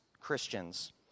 Christians